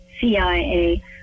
CIA